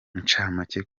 incamake